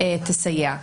איך היא תסייע.